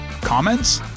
Comments